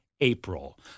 April